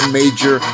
major